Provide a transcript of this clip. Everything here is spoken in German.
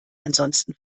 ansonsten